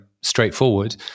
straightforward